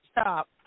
Stop